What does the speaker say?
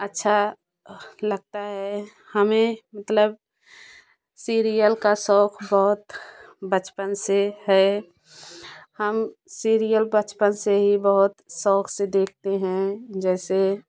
अच्छा लगता है हमें मतलब सीरियल का शौक बहुत बचपन से है हम सीरियल बचपन से ही बहुत शौक से देखते हैं जैसे